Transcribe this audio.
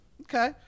Okay